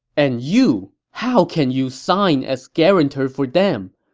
and you! how can you sign as guarantor for them?